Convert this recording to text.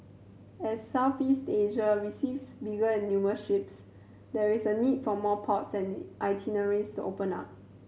as Southeast Asia receives bigger and newer ships there is a need for more ports and itineraries open up